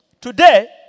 Today